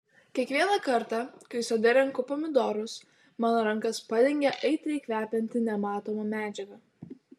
kiekvieną kartą kai sode renku pomidorus mano rankas padengia aitriai kvepianti nematoma medžiaga